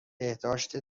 بهداشت